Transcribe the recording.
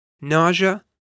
nausea